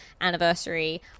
anniversary